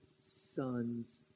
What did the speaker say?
son's